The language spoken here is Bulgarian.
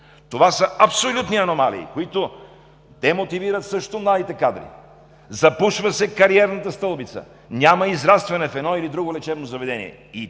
Това са абсолютни аномалии, които също демотивират младите кадри. Запушва се кариерната стълбица, няма израстване в едно или друго лечебно заведение